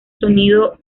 sonido